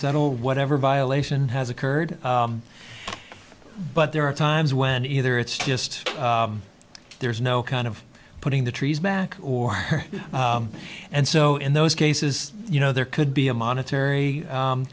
settle whatever violation has occurred but there are times when either it's just there's no kind of putting the trees back or and so in those cases you know there could be a monetary